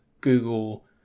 Google